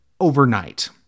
overnight